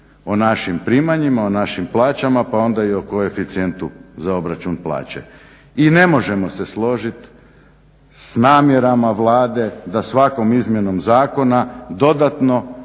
o našim primanjima o našim plaćama pa onda i o koeficijentu za obračun plaće. I ne možemo se složiti s namjerama Vlade da svakom izmjenom zakona dodatno